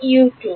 ছাত্র U2